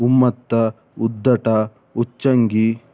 ಉಮ್ಮತ್ತ ಉದ್ದಟ ಉಚ್ಚಂಗಿ